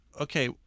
Okay